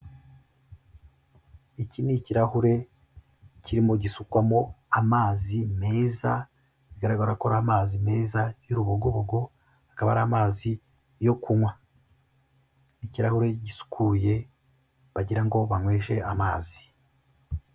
Iki ni ikirahure kirimo gisukwamo amazi meza bigaragara ko ari amazi meza y'urubogobogo akaba ari amazi yo kunywa, ikirahure gisukuye bagira ngo banyweshe amazi.